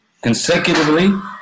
Consecutively